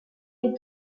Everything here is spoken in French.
des